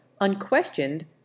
unquestioned